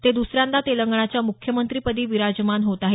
ते द्सऱ्यांदा तेलंगणाच्या मुख्यमंत्रीपदी विराजमान होत आहेत